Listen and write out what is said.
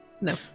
No